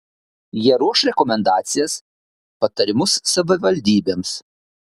jie ruoš rekomendacijas patarimus savivaldybėms